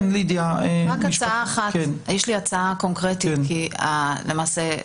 הצעה קונקרטית אחת.